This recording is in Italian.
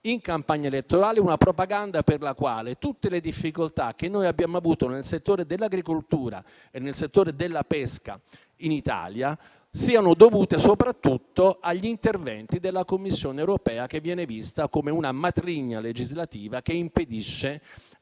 in campagna elettorale, una propaganda per la quale tutte le difficoltà che abbiamo avuto nel settore dell'agricoltura e nel settore della pesca in Italia sono dovute soprattutto agli interventi della Commissione europea, che viene vista come una matrigna legislativa che impedisce ai tanti